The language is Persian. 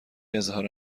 اظهار